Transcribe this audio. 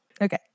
Okay